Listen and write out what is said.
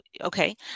okay